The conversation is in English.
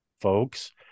folks